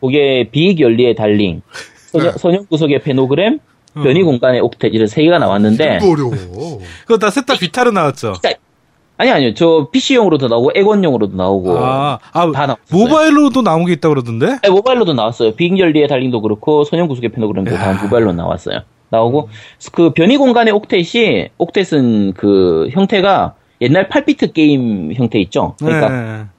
그게 비익연리의 달링, 소녀- 네. 선형 구속의 페노그램, 변이 어. 공간의 옥텟 이런 세 개가 나왔는데 이름도 어려워. 그거 다 셋 다 이- 비타로 나왔죠? 비타- 아니, 아니요. 저 PC용으로도 나오고 액원용으로도 나오고 아, 아, 다 나왔었어요. 모바일로도 나온 게 있다고 그러던데? 네, 모바일로도 나왔어요. 비익연리의 달링도 그렇고 선형 구속의 페노그램도 다 야. 모바일로 나왔어요. 나오고 음. 그 변이 공간의 옥텟이- 옥텟은 그 형태가 옛날 팔 비트 게임 형태 있죠? 그러니까 네.